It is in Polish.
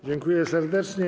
Dziękuję serdecznie.